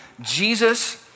Jesus